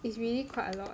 it's really quite a lot